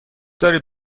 دارید